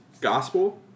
Gospel